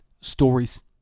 Stories